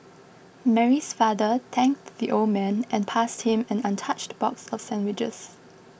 Mary's father thanked the old man and passed him an untouched box of sandwiches